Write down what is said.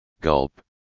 Gulp